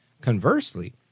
Conversely